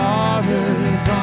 Father's